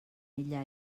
ella